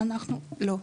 לא,